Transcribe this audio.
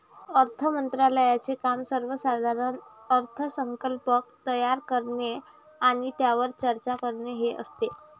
अर्थ मंत्रालयाचे काम सर्वसाधारण अर्थसंकल्प तयार करणे आणि त्यावर चर्चा करणे हे असते